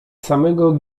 samego